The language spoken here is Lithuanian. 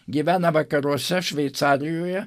gyvena vakaruose šveicarijoje